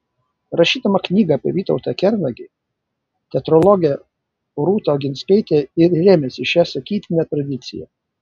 rašydama knygą apie vytautą kernagį teatrologė rūta oginskaitė ir rėmėsi šia sakytine tradicija